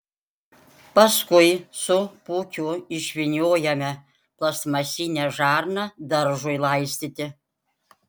paskui su pūkiu išvyniojame plastmasinę žarną daržui laistyti